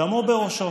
דמו בראשו.